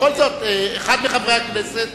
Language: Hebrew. בכל זאת, אחד מחברי הכנסת